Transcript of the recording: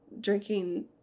drinking